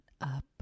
up